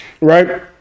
right